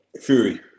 Fury